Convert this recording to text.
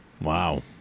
Wow